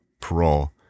parole